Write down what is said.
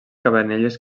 cabanelles